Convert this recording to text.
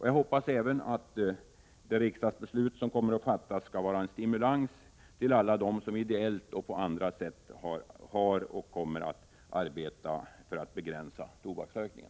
Jag hoppas även att det riksdagsbeslut som skall fattas skall utgöra en stimulans för alla dem som arbetar ideellt och på andra sätt för att begränsa tobaksrökningen.